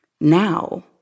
now